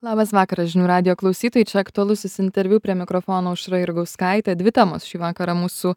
labas vakaras žinių radijo klausytojai čia aktualusis interviu prie mikrofono aušra jurgauskaitė dvi temos šį vakarą mūsų